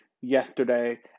yesterday